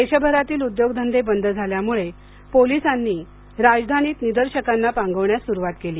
देशभरातील उद्योगधंदे बंद झाल्यामुळे पोलिसांनी राजधानीत निदर्शकांना पांगवण्यास सुरुवात केली